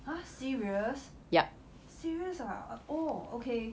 !huh! serious serious ah oh okay